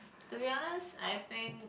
to be honest I think